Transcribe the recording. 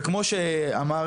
וכמו שאמר